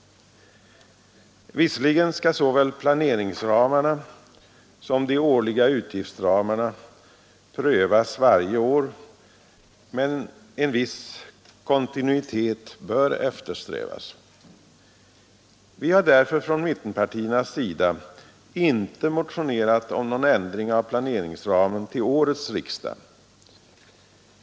Visserligen skall såväl planeringsramarna som de årliga utgiftsramarna prövas varje år, men en viss kontinuitet bör eftersträvas. Vi har därför från mittenpartiernas sida inte motionerat om någon ändring av planeringsramen till årets riksdag.